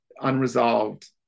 unresolved